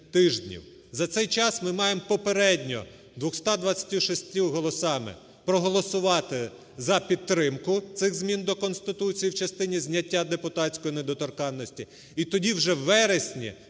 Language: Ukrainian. за цей час ми маємо попередньо 226 голосами проголосувати за підтримку цих змін до Конституції в частині зняття депутатської недоторканності